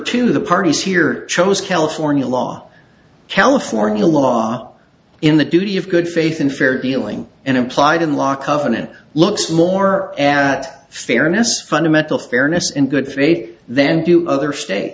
two the parties here chose california law california law in the duty of good faith and fair dealing and implied in law covenant looks more at fairness fundamental fairness in good faith then do other state